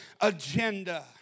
agenda